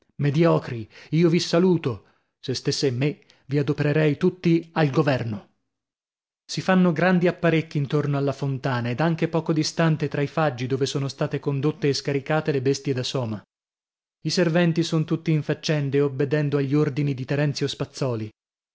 mediocri io vi saluto se stèsse in me vi adoprerei tutti al governo si fanno grandi apparecchi intorno alla fontana ed anche poco distante tra i faggi dove sono state condotte e scaricate le bestie da soma i serventi son tutti in faccende obbedendo agli ordini di terenzio spazzòli